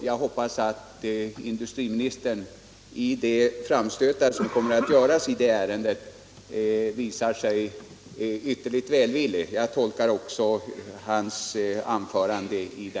Jag hoppas att industriministern vid de framstötar som kommer att göras i detta ärende visar sig ytterligt välvillig. Jag tolkar också hans anförande så.